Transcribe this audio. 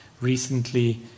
recently